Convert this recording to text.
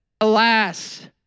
alas